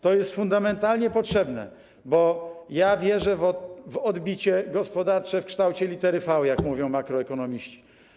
To jest fundamentalnie potrzebne, bo ja wierzę w odbicie gospodarcze w kształcie litery V, jak mówią makroekonomiści.